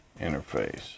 interface